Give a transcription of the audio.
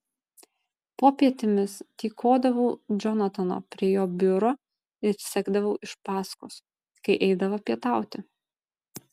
popietėmis tykodavau džonatano prie jo biuro ir sekdavau iš paskos kai eidavo pietauti